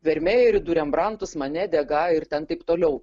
vermejerį du rembranto mane dega ir ten taip toliau